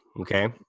okay